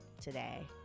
today